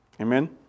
Amen